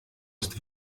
ist